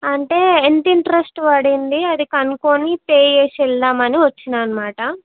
అంటే ఎంత ఇంట్రస్ట్ పడింది అది కనుక్కుని పే చేసి వెళదామని వచ్చాను అన్నమాట